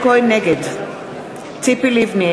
נגד ציפי לבני,